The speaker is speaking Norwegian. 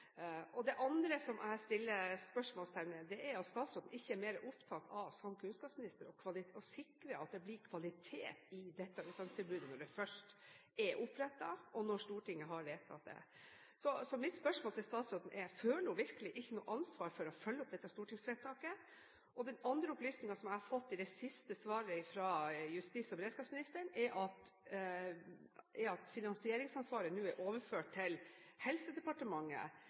Det andre som jeg stiller spørsmål ved, er at statsråden, som kunnskapsminister, ikke er mer opptatt av å sikre at det blir kvalitet i dette utdanningstilbudet når det først er opprettet, og når Stortinget har vedtatt det. Mitt spørsmål til statsråden er: Føler hun virkelig ikke noe ansvar for å følge opp dette stortingsvedtaket? Den andre opplysningen som jeg har fått i det siste svaret fra justis- og beredskapsministeren, er at finansieringsansvaret nå er overført til Helsedepartementet.